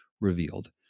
revealed